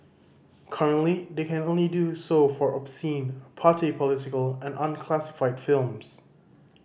currently they can only do so for obscene party political and unclassified films